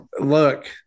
look